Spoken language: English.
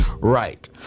right